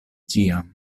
ĉiam